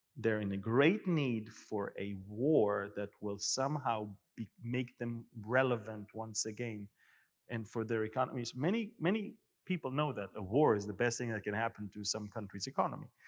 in a great need for a war that will somehow make them relevant once again and for their economies. many many people know that a war is the best thing that could happen to some country's economy.